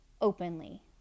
openly